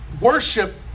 worship